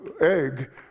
egg